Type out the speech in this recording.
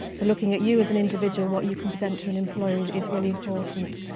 so looking at you as an individual, what you can present to an employer is is really important.